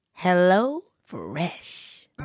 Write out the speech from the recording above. HelloFresh